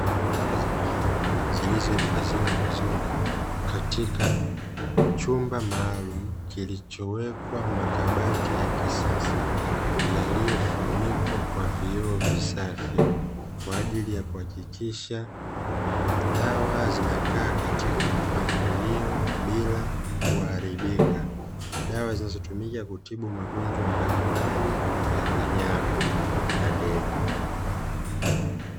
Dawa za mifugo zilizohifadhiwa vizuri katika chumba maalumu, kilichowekwa makabati ya kisasa yaliyofunikwa kwa vioo visafi kwa ajili ya kuhakikisha dawa zinakaa katika mpangilio bila kuharibika; dawa zinazotumika kutibu magonjwa mbalimbali ya wanyama na ndege.